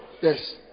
Yes